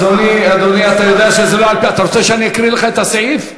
דווקא לך לא מתאים לפעול בניגוד לתקנון.